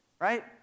Right